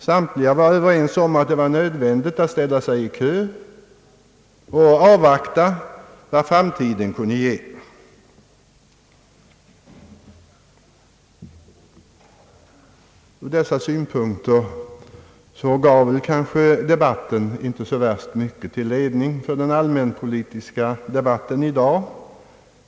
Samtliga var överens om att det var nödvändigt att ställa sig i kö och avvakta vad framtiden kunde ge. Ur dessa synpunkter gav debatten inte så mycket till ledning för den allmänpolitiska debatten i dag.